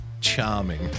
Charming